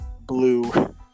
blue